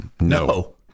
No